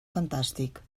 fantàstic